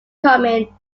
coming